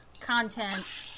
content